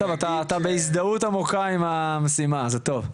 אתה בהזדהות עמוקה עם המשימה, זה טוב.